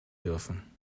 dürfen